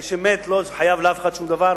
מי שמת לא חייב לאף אחד שום דבר,